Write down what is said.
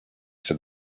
said